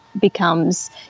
becomes